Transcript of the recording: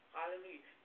Hallelujah